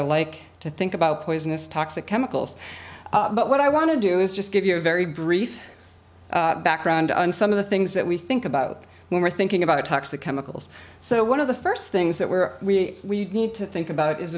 of like to think about poisonous toxic chemicals but what i want to do is just give you a very brief background on some of the things that we think about when we're thinking about toxic chemicals so one of the first things that we're we need to think about is